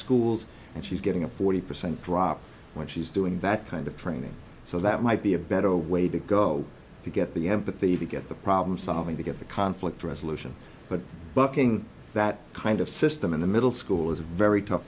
schools and she's getting a forty percent drop when she's doing that kind of training so that might be a better way to go to get the amp to get the problem solving to get the conflict resolution but bucking that kind of system in the middle school is a very tough